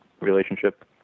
relationship